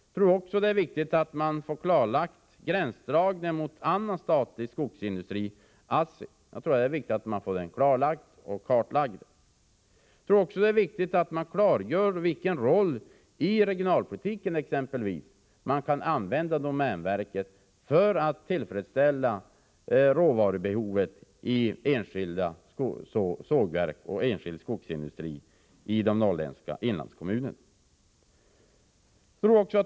Jag tror också att det är viktigt att man får klarlagd och kartlagd gränsdragningen mot en annan statlig skogsindustri, ASSI. Det är också viktigt att klargöra i vilken roll, t.ex. inom regionalpolitiken, man kan använda domänverket för att tillfredsställa råvarubehovet i enskilda sågverk och enskild skogsindustri i de norrländska inlandskommunerna.